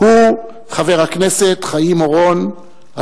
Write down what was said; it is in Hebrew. הוא חבר הכנסת חיים אורון,